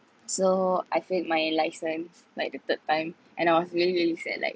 so I failed my license like the third time and I was really really sad like